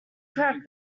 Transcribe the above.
crack